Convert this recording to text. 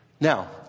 now